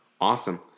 Awesome